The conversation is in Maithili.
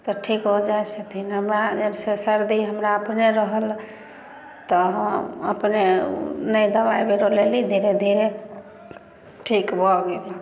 तऽ ठीक हो जाइ छथिन हमरा जइसे सर्दी अपने रहल तऽ हम अपने नहि दबाइ लेली धीरे धीरे ठीक भऽ गेलहुॅं